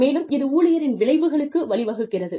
மேலும் இது ஊழியரின் விளைவுகளுக்கு வழிவகுக்கிறது